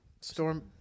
Storm